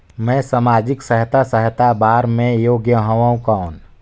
मैं समाजिक सहायता सहायता बार मैं योग हवं कौन?